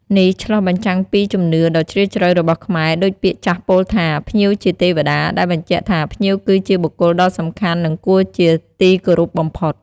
នេះឆ្លុះបញ្ចាំងពីជំនឿដ៏ជ្រាលជ្រៅរបស់ខ្មែរដូចពាក្យចាស់ពោលថា "ភ្ញៀវជាទេវតា" ដែលបញ្ជាក់ថាភ្ញៀវគឺជាបុគ្គលដ៏សំខាន់ និងគួរជាទីគោរពបំផុត។